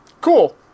Cool